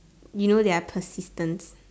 you know they are persistence